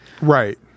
right